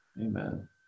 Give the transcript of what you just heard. Amen